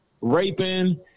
raping